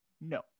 No